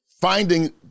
finding